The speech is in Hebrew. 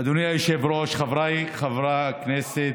אדוני היושב-ראש, חבריי חברי הכנסת,